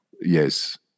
Yes